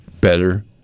better